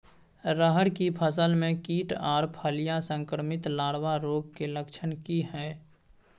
रहर की फसल मे कीट आर फलियां संक्रमित लार्वा रोग के लक्षण की हय?